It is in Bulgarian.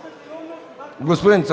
МИХОВ (ГЕРБ): Господин